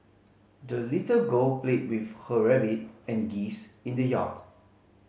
the little girl played with her rabbit and geese in the yard